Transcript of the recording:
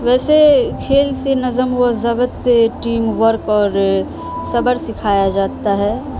ویسے کھیل سے نظم و ضبد ٹیم ورک اور صبر سکھایا جاتا ہے